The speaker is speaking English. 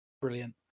brilliant